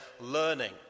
learning